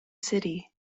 city